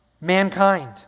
mankind